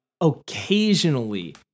occasionally